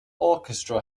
orchestra